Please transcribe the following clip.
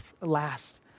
last